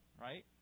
right